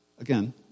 Again